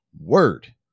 Word